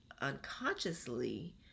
unconsciously